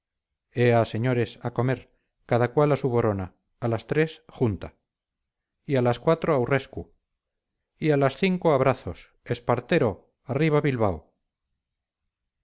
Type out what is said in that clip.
señores a comer cada cual a su borona a las tres junta y a las cuatro aurrescu y a las cinco abrazos espartero arriba bilbao